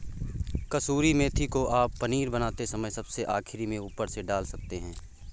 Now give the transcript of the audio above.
कसूरी मेथी को आप पनीर बनाते समय सबसे आखिरी में ऊपर से डाल सकते हैं